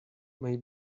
may